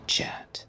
Chat